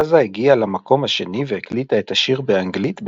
חזה הגיעה למקום השני והקליטה את השיר באנגלית,